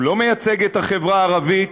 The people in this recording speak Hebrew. לא מייצג את החברה הערבית,